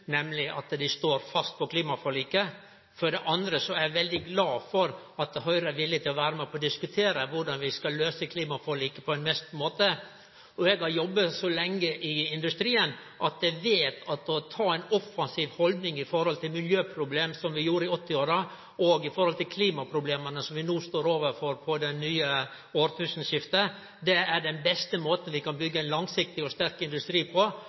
nemleg om dei står fast på klimaforliket. For det andre er eg veldig glad for at Høgre er villig til å vere med på å diskutere korleis vi skal oppfylle klimaforliket på beste måten. Eg har jobba så lenge i industrien at eg veit at det å ha ei offensiv haldning til miljøproblema, som vi hadde i 1980-åra, og til klimaproblema som vi no står overfor etter årtusenskiftet, er den beste måten vi kan byggje ein langsiktig og sterk industri på.